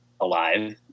alive